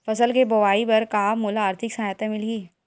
फसल के बोआई बर का मोला आर्थिक सहायता मिलही?